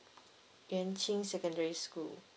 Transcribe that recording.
ing ching secondary school